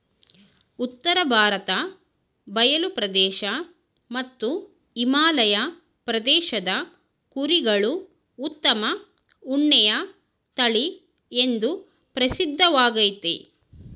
ಉತ್ತರ ಭಾರತ ಬಯಲು ಪ್ರದೇಶ ಮತ್ತು ಹಿಮಾಲಯ ಪ್ರದೇಶದ ಕುರಿಗಳು ಉತ್ತಮ ಉಣ್ಣೆಯ ತಳಿಎಂದೂ ಪ್ರಸಿದ್ಧವಾಗಯ್ತೆ